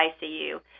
ICU